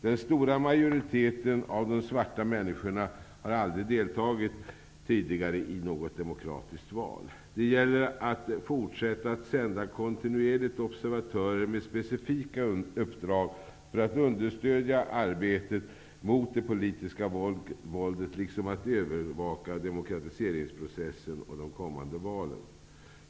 Den stora majoriteten av de svarta människorna har aldrig tidigare deltagit i något demokratiskt val. Det gäller att fortsätta att kontinuerligt sända observatörer med specifika uppdrag att understödja arbetet mot det politiska våldet liksom att övervaka demokratiseringsprocessen och de kommande valen.